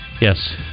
Yes